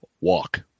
walk